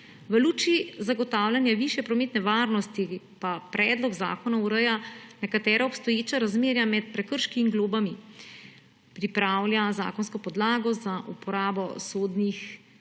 V luči zagotavljanja višje prometne varnosti pa predlog zakona ureja nekatera obstoječa razmerja med prekrški in globami. Pripravlja zakonsko podlago za uporabo sodobnih